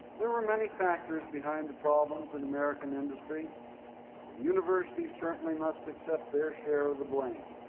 there were many factors behind the problems in american industry. the university certainly must accept their share of the blame.